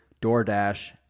DoorDash